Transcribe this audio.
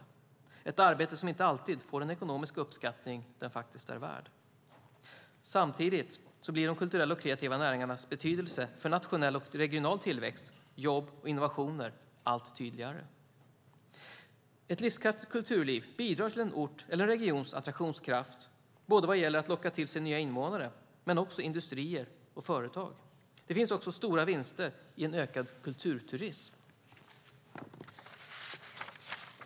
Det är ett arbete som inte alltid får den ekonomiska uppskattning det faktiskt är värt. Samtidigt blir de kulturella och kreativa näringarnas betydelse för nationell och regional tillväxt, jobb och innovationer allt tydligare. Ett livskraftigt kulturliv bidrar till en orts eller regions attraktionskraft både vad gäller att locka till sig nya invånare och industrier och företag. Det finns också stora vinster i en ökad kulturturism.